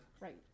Right